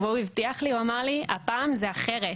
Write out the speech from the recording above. והוא הבטיח לי, הוא אמר לי: הפעם זה אחרת,